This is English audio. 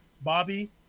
Bobby